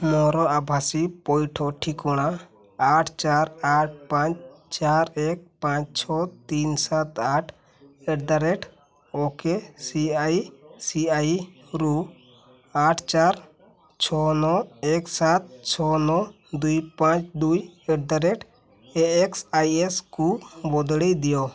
ମୋର ଆଭାସୀ ପଇଠ ଠିକଣା ଆଠ ଚାରି ଆଠ ପାଞ୍ଚ ଚାରି ଏକ ପାଞ୍ଚ ଛଅ ତିନି ସାତ ଆଠ ଆଟ୍ ଦ ରେଟ୍ ଓକେସିଆଇସିଆଇରୁ ଆଠ ଚାରି ଛଅ ନଅ ଏକ ସାତ ଛଅ ନଅ ଦୁଇ ପାଞ୍ଚ ଦୁଇ ଆଟ୍ ଦ ରେଟ୍ ଏଏକ୍ସ୍ଆଇଏସ୍କୁ ବଦଳେଇ ଦିଅ